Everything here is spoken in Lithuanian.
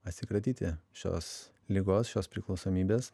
atsikratyti šios ligos šios priklausomybės